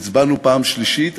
והצבענו פעם שלישית.